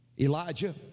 Elijah